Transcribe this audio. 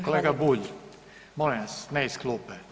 Kolega Bulj, molim vas ne iz klupe.